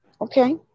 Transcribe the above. Okay